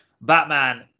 batman